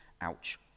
Ouch